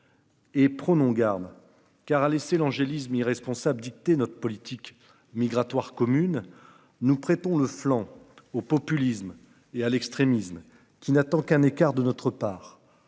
Et prenons garde car à laisser l'angélisme irresponsable dicter notre politique migratoire commune, nous prêtons le flan au populisme et à l'extrémisme qui n'attend qu'un écart de notre part